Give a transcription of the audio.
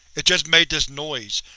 it just made this noise,